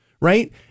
Right